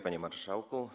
Panie Marszałku!